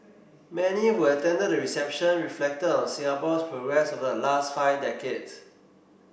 many who attended the reception reflected on Singapore's progress over the last five decades